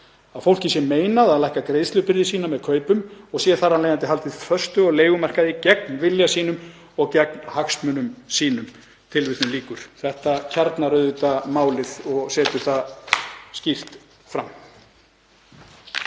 Að fólki sé meinað að lækka greiðslubyrði sína með kaupum og sé þar af leiðandi haldið föstu á leigumarkaði gegn vilja sínum og gegn hagsmunum sínum.“ Þetta kjarnar auðvitað málið og setur það skýrt fram.